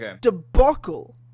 debacle